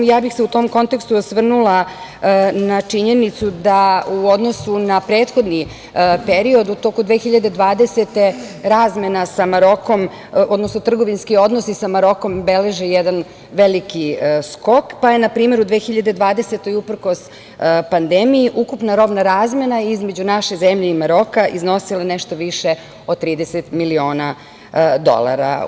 U tom kontekstu, ja bih se osvrnula na činjenicu da u odnosu na prethodni period u toku 2020. godine razmena sa Marokom, odnosno trgovinski odnosi sa Marokom, beleže jedan veliki skok, pa je na primer u 2020. godini uprkos pandemiji ukupna robna razmena između naše zemlje i Maroka, iznosila nešto više od 30 miliona dolara.